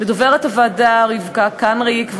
לדוברת הוועדה רבקה קנריק,